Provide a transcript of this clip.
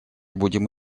будем